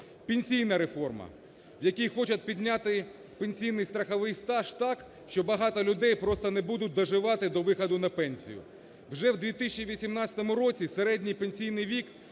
Пенсійна реформа, в якій хочуть підняти пенсійний страховий стаж так, що багато людей просто не будуть доживати до виходу на пенсію. Вже в 2018 році середній пенсійний вік